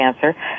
cancer